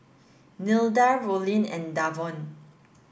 Nilda Rollin and Davon